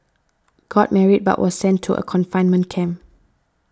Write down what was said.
got married but was sent to a confinement camp